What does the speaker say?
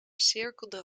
cirkelde